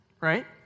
right